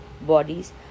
bodies